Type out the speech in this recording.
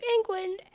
England